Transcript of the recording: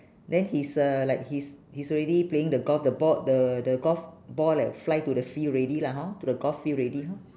then he's uh like he's he's already playing the golf the ball the the gold ball like fly to the field already lah hor to the golf field already hor